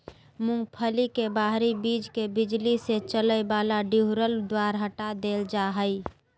मूंगफली के बाहरी बीज के बिजली से चलय वला डीहुलर द्वारा हटा देल जा हइ